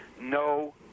no